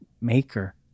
maker